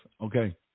Okay